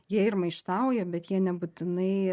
jie ir maištauja bet jie nebūtinai